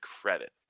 credit